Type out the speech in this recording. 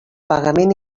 pagament